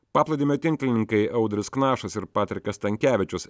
paplūdimio tinklininkai audrius knašas ir patrikas stankevičius